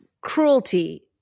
cruelty